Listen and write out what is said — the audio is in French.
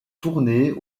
tournées